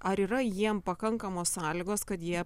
ar yra jiem pakankamos sąlygos kad jie